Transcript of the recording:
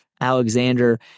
alexander